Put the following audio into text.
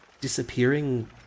disappearing